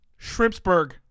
Shrimpsburg